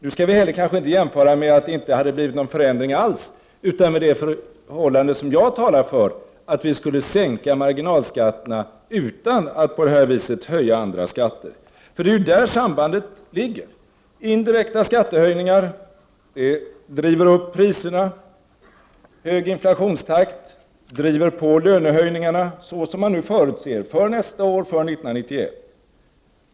Nu skall vi kanske inte jämföra med en situation där det inte hade blivit någon förändring alls utan med det förhållande som jag talar för, nämligen att marginalskatterna skulle sänkas men utan att man på det här viset höjer andra skatter. Det är ju där som det finns ett samband. Indirekta skattehöjningar driver upp priserna. En hög inflationstakt driver på lönehöjningarna såsom man nu förutser för nästa år och för 1991.